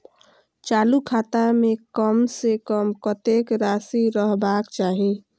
चालु खाता में कम से कम कतेक राशि रहबाक चाही?